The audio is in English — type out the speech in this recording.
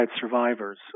survivors